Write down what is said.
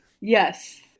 Yes